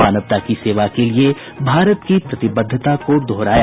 मानवता की सेवा के लिए भारत की प्रतिबद्धता को दोहराया